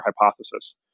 hypothesis